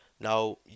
now